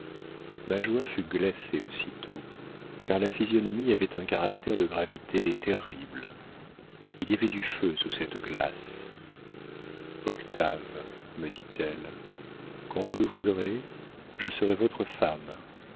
ma joie fut glacée aussitôt car la physionomie avait un caractère de gravité terrible il y avait du feu sous cette glace octave me dit-elle quand vous le voudrez je serai votre femme